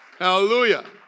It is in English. Hallelujah